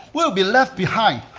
we'll be left behind,